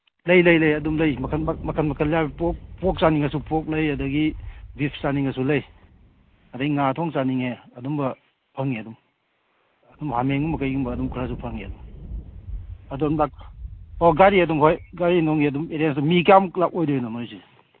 ꯂꯩ ꯂꯩ ꯂꯩ ꯑꯗꯨꯝ ꯂꯩ ꯃꯈꯟ ꯃꯈꯟ ꯄꯣꯛ ꯄꯣꯛ ꯆꯥꯅꯤꯡꯉꯁꯨ ꯄꯣꯛ ꯂꯩ ꯑꯗꯒꯤ ꯕꯤꯐ ꯆꯥꯅꯤꯡꯉꯁꯨ ꯂꯩ ꯑꯗꯒꯤ ꯉꯥ ꯊꯣꯡ ꯆꯥꯅꯤꯡꯉꯦ ꯑꯗꯨꯝꯕ ꯐꯪꯉꯤ ꯑꯗꯨꯝ ꯑꯗꯨꯝ ꯍꯥꯃꯦꯡꯒꯨꯝꯕ ꯀꯩꯒꯨꯝꯕ ꯑꯗꯨꯝ ꯈꯔꯁꯨ ꯐꯪꯉꯦ ꯑꯗꯨꯝ ꯑꯣ ꯒꯥꯔꯤ ꯑꯗꯨꯝ ꯍꯣꯏ ꯒꯥꯔꯤꯅꯨꯡꯒꯤ ꯑꯗꯨꯝ ꯑꯦꯔꯦꯟꯖ ꯃꯤ ꯀꯌꯥꯃꯨꯛꯀꯤ ꯑꯣꯏꯗꯣꯏꯅꯣ ꯅꯣꯏꯁꯦ